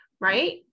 right